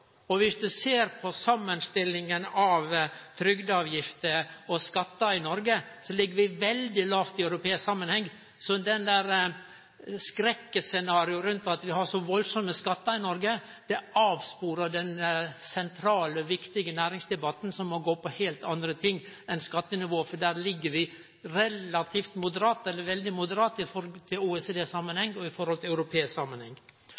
ser på samanstillinga av trygdeavgifter og skattar i Noreg, ligg vi veldig lågt i europeisk samanheng. Så det skrekkscenarioet rundt at vi har så veldig høge skattar i Noreg, avsporar den sentrale og viktige næringsdebatten som må gå på heilt andre ting enn skattenivået, for der ligg vi relativt moderat, eller veldig moderat, i OECD-samanheng og i europeisk samanheng.